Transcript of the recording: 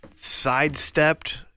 sidestepped